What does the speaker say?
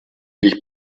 dich